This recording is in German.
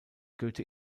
goethe